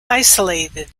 isolated